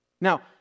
Now